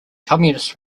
communists